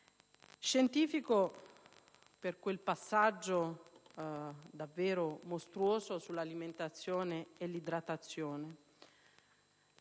scientifico per quel passaggio davvero mostruoso sull'alimentazione e l'idratazione.